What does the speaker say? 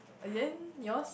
uh then yours